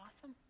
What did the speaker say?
awesome